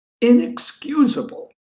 inexcusable